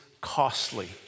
costly